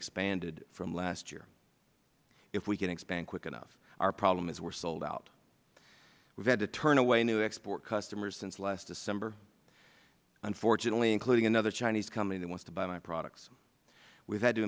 expanded from last year if we can expand quick enough our problem is we are sold out we have had to turn away new export customers since last december unfortunately including another chinese company that wants to buy my products we have had to